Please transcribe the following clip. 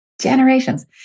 generations